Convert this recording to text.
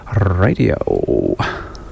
Radio